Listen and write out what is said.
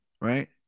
Right